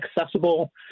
accessible